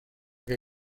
que